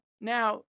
now